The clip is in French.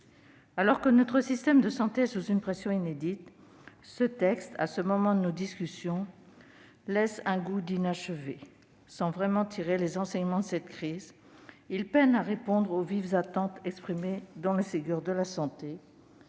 Alors que notre système de santé est soumis à une pression inédite, le texte, à ce moment de nos discussions, laisse un goût d'inachevé : sans vraiment tirer les enseignements de la crise, il peine à répondre aux vives attentes exprimées lors du Ségur de la santé